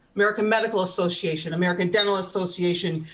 american medical association, american dental association,